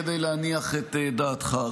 כדי להניח את דעתך.